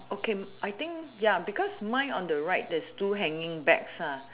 okay I think ya because mine on the right there is two hanging bags ah